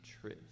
truth